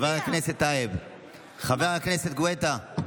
חבר הכנסת גואטה.